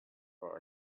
for